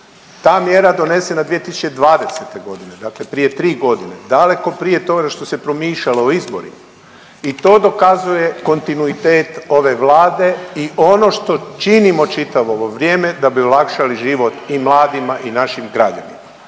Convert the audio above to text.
Ta mjera donesena je 2020. godine, dakle prije tri godine, daleko prije toga nego što se promišljalo o izborima. I to dokazuje kontinuitet ove Vlade i ono što činimo čitavo ovo vrijeme da bi olakšali život i mladima i našim građanima.